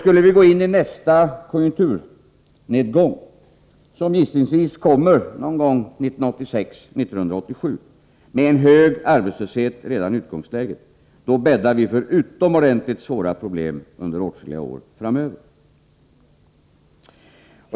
Skulle vi gå in i nästa konjunkturnedgång—som gissningsvis kommer någon gång 1986-1987 — med en hög arbetslöshet redan i utgångsläget, bäddar vi för utomordentligt svåra problem under åtskilliga år framöver.